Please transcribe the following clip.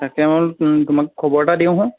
তাকে বোলো তোমাক খবৰ এটা দিওঁচোন